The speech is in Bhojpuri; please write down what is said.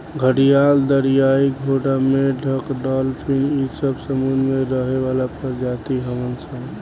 घड़ियाल, दरियाई घोड़ा, मेंढक डालफिन इ सब समुंद्र में रहे वाला प्रजाति हवन सन